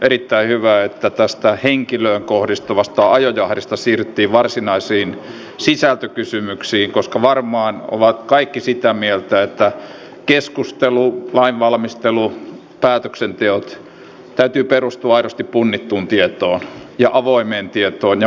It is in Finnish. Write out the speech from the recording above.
itse myös yhdyn niihin edustajiin jotka kiittävät valtiovarainvaliokuntaa tästä vapaaehtoisen maanpuolustustyön määrärahan tason korotuksesta ja toivon tulevaisuudessa myös niin kuin täällä on esitetty että se voitaisiin etukäteen jo varmistaa